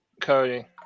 Cody